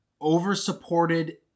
over-supported